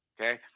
Okay